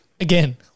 Again